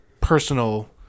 Personal